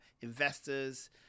investors